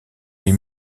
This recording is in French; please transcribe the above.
les